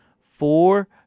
four